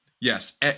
Yes